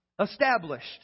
established